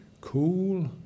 cool